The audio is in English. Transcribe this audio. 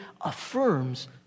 affirms